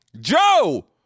Joe